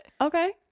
Okay